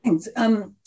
Thanks